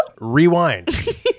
rewind